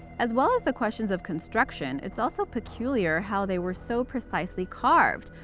as well as the questions of construction, it's also peculiar how they were so precisely carved,